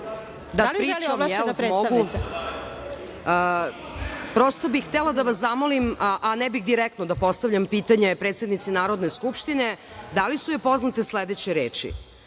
Da li želi ovlašćena predstavnica?)Prosto bih htela da vas zamolim, a ne bih direktno da postavljam pitanje predsednici Narodne skupštine, da li su joj poznate sledeće reči